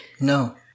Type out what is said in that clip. No